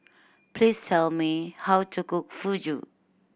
please tell me how to cook Fugu